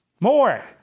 More